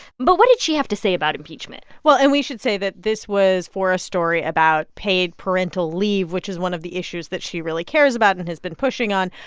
but what did she have to say about impeachment? well, and we should say that this was for a story about paid parental leave, which is one of the issues that she really cares about and has been pushing on.